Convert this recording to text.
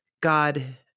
God